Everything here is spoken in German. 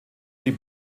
die